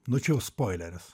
nu čia jau spoileris